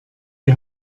die